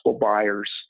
buyers